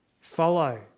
Follow